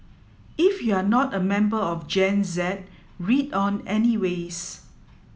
if you're not a member of Gen Z read on anyways